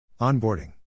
Onboarding